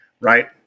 right